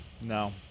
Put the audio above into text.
No